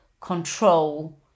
control